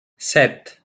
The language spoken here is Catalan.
set